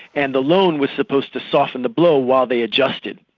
and the loan was supposed to soften the blow while they adjusted.